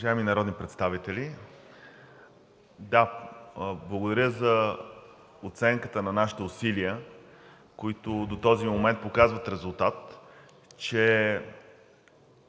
Благодаря за оценката на нашите усилия, които до този момент показват резултат – че